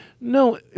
No